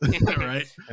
Right